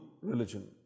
religion